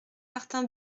martin